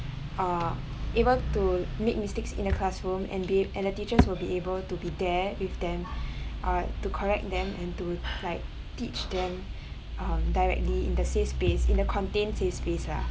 uh even to make mistakes in the classroom and be and the teachers will be able to be there with them uh to correct them and to like teach them um directly in the safe space in the contained safe space lah